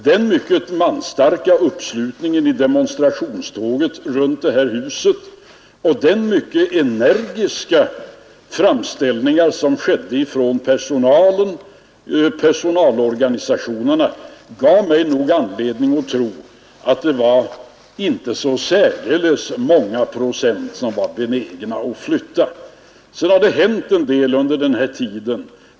Den mycket manstarka uppslutningen i demonstrationståget runt det här huset och de mycket energiska framställningar som gjordes av personalorganisationerna gav mig nog anledning att tro att det var inte så särdeles många procent som var benägna att flytta. Sedan har det hänt en del under den här tiden.